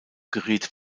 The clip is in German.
geriet